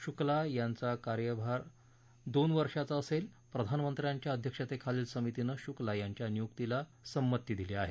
शुक्ला यांचा कार्यभार दोनवर्षाचा असेल प्रधानमंत्र्यांच्या अध्यक्षेतेखालील समितीनं शुक्ला यांच्या नियुक्तीला संमती दिली आहे